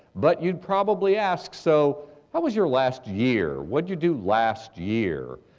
but you'd probably ask, so what was your last year, what did you do last year?